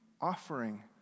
offering